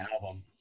album